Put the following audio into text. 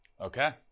Okay